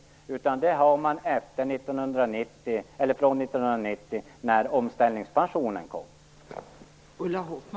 Det gäller bara från 1990, när omställningspensionen kom.